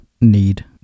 need